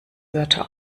wörter